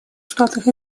штатах